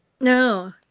No